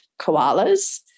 koalas